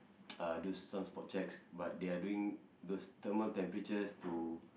uh do some spot checks but they are doing those thermal temperatures to